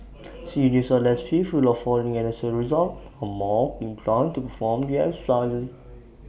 seniors are less fearful of falling and as A result are more inclined to perform their exercises